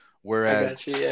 Whereas